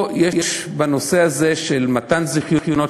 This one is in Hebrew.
יש בנושא הזה של מתן זיכיונות,